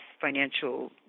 financial